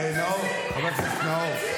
חבר הכנסת נאור,